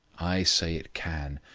i say it can.